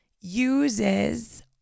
uses